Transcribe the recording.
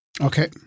Okay